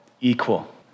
equal